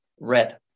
red